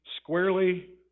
squarely